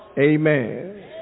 amen